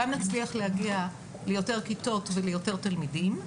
גם נצליח להגיע ליותר כיתות וליותר תלמידים,